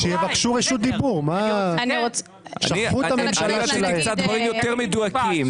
אני רציתי דברים קצת יותר מדויקים,